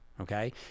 okay